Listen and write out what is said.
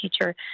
teacher